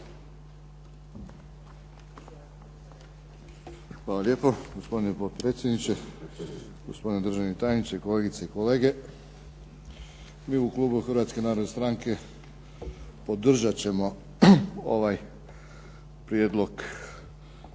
Hvala lijepo. Gospodine potpredsjedniče, gospodine državni tajniče, kolegice i kolege. Mi u klubu Hrvatske narodne stranke podržat ćemo ovaj Prijedlog izmjena Zakona